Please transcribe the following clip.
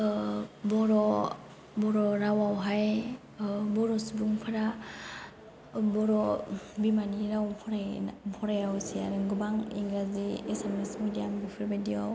बर' रावावहाय बर' सुबुंफोरा बर' बिमानि राव फरायना फराया हसिया गाेबां इंराजि एसामिस मिडियाम बेफाेरबादियाव